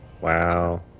wow